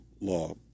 law